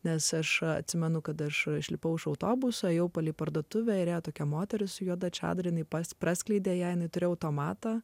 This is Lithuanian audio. nes aš atsimenu kad aš išlipau iš autobuso ėjau palei parduotuvę ir ją tokia moteris su juoda čadra nei pas praskleidė jei neturi automatą